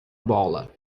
bola